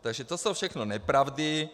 Takže to jsou všechno nepravdy.